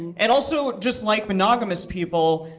and also, just like monogamous people,